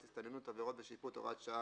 הסתננות (עבירות ושיפוט) (הוראת שעה),